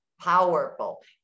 powerful